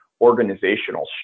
organizational